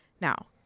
now